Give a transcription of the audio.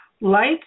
lights